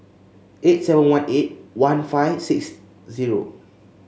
eight seven one eight one five six zero